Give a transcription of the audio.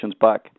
back